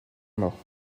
mort